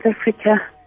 Africa